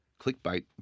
clickbait